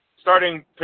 starting